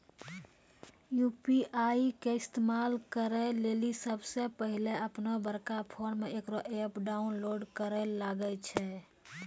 UPI के इस्तेमाल करै लेली सबसे पहिलै अपनोबड़का फोनमे इकरो ऐप डाउनलोड करैल लागै छै